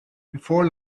before